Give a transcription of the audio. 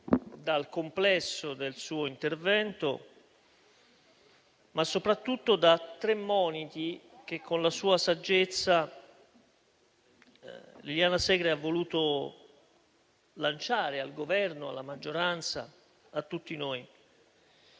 dal complesso del suo intervento, ma soprattutto da tre moniti che, con la sua saggezza, Liliana Segre ha voluto lanciare al Governo, alla maggioranza e a tutti noi.